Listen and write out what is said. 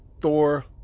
Thor